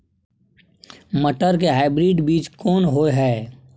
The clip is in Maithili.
मटर के हाइब्रिड बीज कोन होय है?